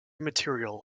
material